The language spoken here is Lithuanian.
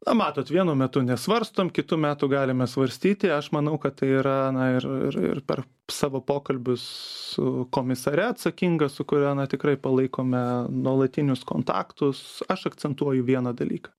na matot vienu metu nesvarstom kitu metu galime svarstyti aš manau kad tai yra na ir ir ir per savo pokalbius su komisare atsakinga su kuria na tikrai palaikome nuolatinius kontaktus aš akcentuoju vieną dalyką